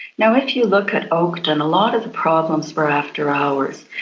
now, if you look at oakden, a lot of the problems were after hours.